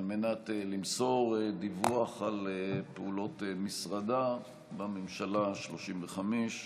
למסור דיווח על פעולות משרדה בממשלה השלושים-וחמש,